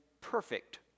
perfect